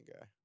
guy